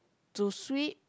to sweep